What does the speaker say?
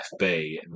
FB